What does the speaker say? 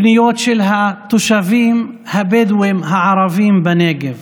הפניות של התושבים הבדואים הערבים בנגב.